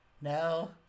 No